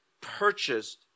purchased